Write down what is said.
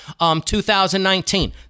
2019